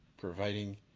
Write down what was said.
providing